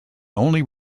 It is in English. only